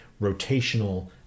rotational